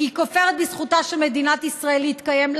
כי היא כופרת בזכותה של מדינת ישראל להתקיים,